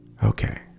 Okay